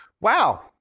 Wow